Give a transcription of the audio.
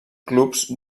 clubs